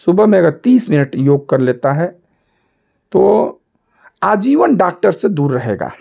सुबह में अगर तीस मिनट योग कर लेता है तो वह आजीवन डॉक्टर से दूर रहेगा